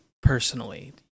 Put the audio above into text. Personally